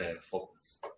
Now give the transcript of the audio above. focus